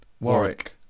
Warwick